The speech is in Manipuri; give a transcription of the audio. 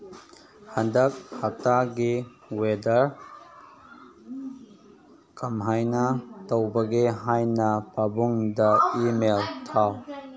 ꯍꯟꯗꯛ ꯍꯞꯇꯥꯒꯤ ꯋꯦꯗꯔ ꯀꯝꯍꯥꯏꯅ ꯇꯧꯕꯒꯦ ꯍꯥꯏꯅ ꯄꯥꯕꯨꯡꯗ ꯏꯃꯦꯜ ꯊꯥꯎ